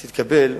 תתקבל,